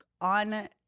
on